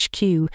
HQ